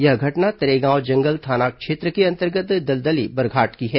यह घटना तरेगांव जंगल थाना क्षेत्र के अंतर्गत दलदली बरघाट की है